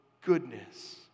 goodness